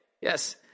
Yes